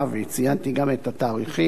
וציינתי גם את התאריכים,